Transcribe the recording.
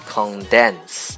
Condense